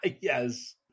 Yes